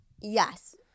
Yes